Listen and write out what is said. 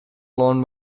lawn